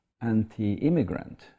anti-immigrant